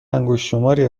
انگشتشماری